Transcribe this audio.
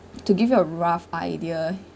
to give you a rough idea